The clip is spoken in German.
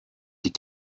die